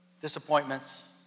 Disappointments